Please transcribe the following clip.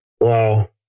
Wow